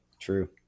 True